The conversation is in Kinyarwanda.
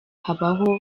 habaho